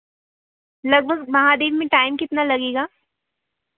लगभग महादेव में टाइम कितना लगेगा